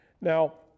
Now